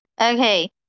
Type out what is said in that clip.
Okay